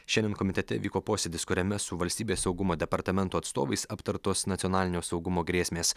šiandien komitete vyko posėdis kuriame su valstybės saugumo departamento atstovais aptartos nacionalinio saugumo grėsmės